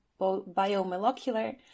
biomolecular